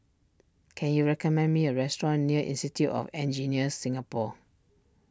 can you recommend me a restaurant near Institute of Engineers Singapore